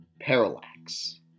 Parallax